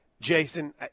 Jason